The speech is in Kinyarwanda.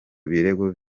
birego